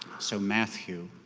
so matthew,